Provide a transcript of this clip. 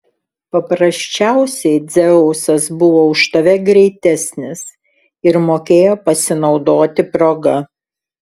paprasčiausiai dzeusas buvo už tave greitesnis ir mokėjo pasinaudoti proga